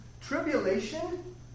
Tribulation